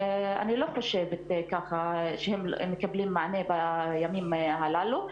אני לא חושבת שהם מקבלים מענה בימים האלה.